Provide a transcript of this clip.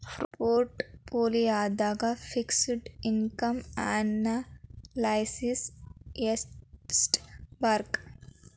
ಪೊರ್ಟ್ ಪೋಲಿಯೊದಾಗ fixed income analysis ಯೆಸ್ಟಿರ್ಬಕ್?